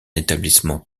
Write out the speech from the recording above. établissement